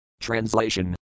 Translation